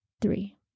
Three